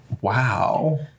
wow